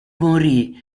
morì